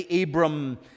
Abram